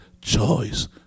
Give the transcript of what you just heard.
choice